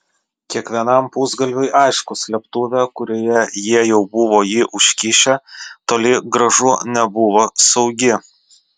kiekvienam pusgalviui aišku slėptuvė kurioje jie jau buvo jį užkišę toli gražu nebuvo saugi